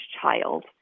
child